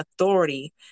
authority